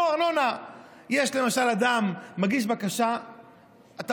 אדם מגיש בקשה, למשל.